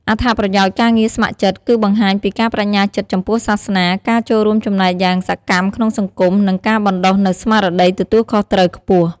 អត្ថប្រយោជន៍ការងារស្ម័គ្រចិត្ត គឺបង្ហាញពីការប្ដេជ្ញាចិត្តចំពោះសាសនា ការចូលរួមចំណែកយ៉ាងសកម្មក្នុងសង្គម និងការបណ្ដុះនូវស្មារតីទទួលខុសត្រូវខ្ពស់។